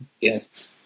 yes